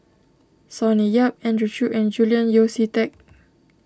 Sonny Yap Andrew Chew and Julian Yeo See Teck